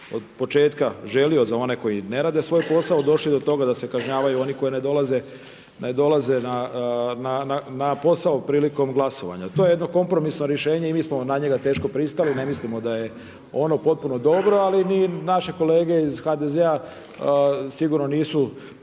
od početka želio za one koji ne rade svoj posao došli do toga da se kažnjavaju oni koji ne dolaze na posao prilikom glasovanja. To je jedno kompromisno rješenje i mi smo teško na njega pristali. Ne mislimo da je ono potpuno dobro, ali ni naše kolege iz HDZ-a sigurno nisu s tim